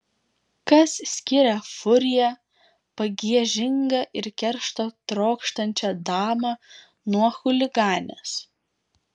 kas skiria furiją pagiežingą ir keršto trokštančią damą nuo chuliganės